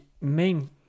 main